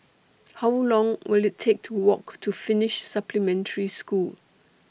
How Long Will IT Take to Walk to Finnish Supplementary School